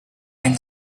and